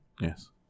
Yes